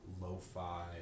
lo-fi